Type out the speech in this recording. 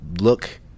look